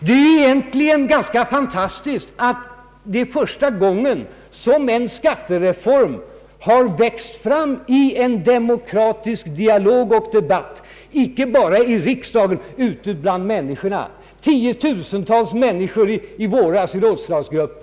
Det är egentligen ganska fantastiskt att det är första gången som en skattereform har växt fram i demokratisk dialog och debatt icke bara i riksdagen utan bland tiotusentals människor ute i rådslagsgrupper.